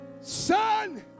son